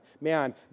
Man